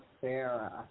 Sarah